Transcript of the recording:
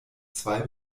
zwei